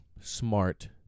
smart